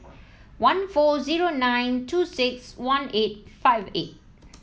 one four zero nine two six one eight five eight